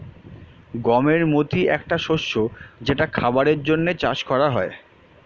গমের মতি একটা শস্য যেটা খাবারের জন্যে চাষ করা হয়